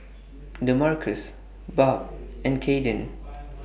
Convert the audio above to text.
Demarcus Barb and Kaiden